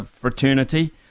fraternity